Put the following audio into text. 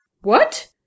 What